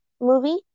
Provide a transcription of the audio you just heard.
movie